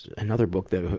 another book that, ah